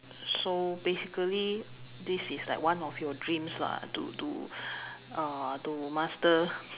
so basically this is like one of your dreams lah to to uh to master